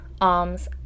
arms